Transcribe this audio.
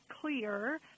clear